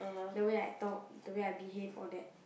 the way I talk the way I behave all that